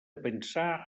pensar